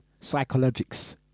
psychologics